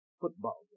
football